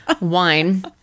wine